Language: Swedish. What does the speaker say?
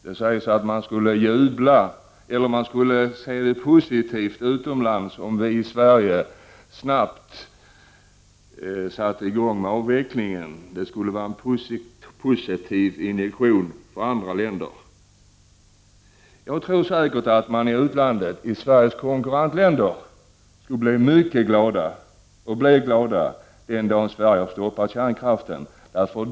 Det sägs att man utomlands skulle jubla om vi i Sverige snabbt satte i gång med avvecklingen, dvs. att det skulle vara en positiv injektion för andra länder. Jag tror säkert att man i utlandet, i Sveriges konkurrentländer, skulle bli mycket glada den dag Sverige stoppar kärnkraften.